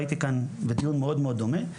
הייתי כאן בדיון מאוד דומה,